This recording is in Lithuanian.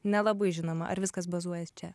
nelabai žinoma ar viskas bazuojasi čia